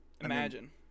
imagine